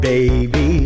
Baby